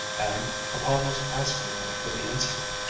and, upon his asking her for the incident,